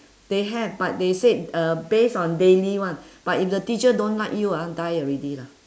they have but they said uh base on daily [one] but if the teacher don't like you ah die already lah